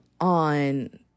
on